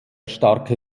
starke